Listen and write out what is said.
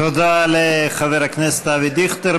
תודה לחבר הכנסת אבי דיכטר.